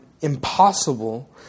impossible